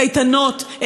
קייטנות,